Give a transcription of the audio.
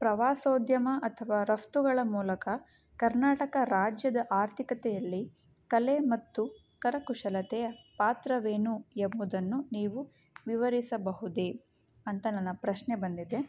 ಪ್ರವಾಸೋದ್ಯಮ ಅಥವಾ ರಫ್ತುಗಳ ಮೂಲಕ ಕರ್ನಾಟಕ ರಾಜ್ಯದ ಆರ್ಥಿಕತೆಯಲ್ಲಿ ಕಲೆ ಮತ್ತು ಕರಕುಶಲತೆಯ ಪಾತ್ರವೇನು ಎಂಬುದನ್ನು ನೀವು ವಿವರಿಸಬಹುದೇ ಅಂತ ನನ್ನ ಪ್ರಶ್ನೆ ಬಂದಿದೆ